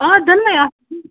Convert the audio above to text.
آ دۄنوے آسَن